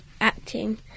acting